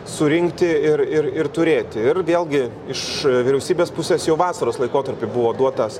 surinkti ir ir ir turėti ir vėlgi iš vyriausybės pusės jau vasaros laikotarpy buvo duotas